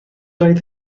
oedd